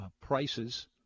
prices